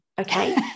Okay